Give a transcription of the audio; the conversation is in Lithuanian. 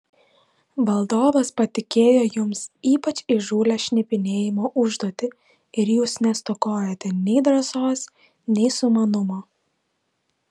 valdovas patikėjo jums ypač įžūlią šnipinėjimo užduotį ir jūs nestokojote nei drąsos nei sumanumo